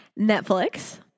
Netflix